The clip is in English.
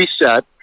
reset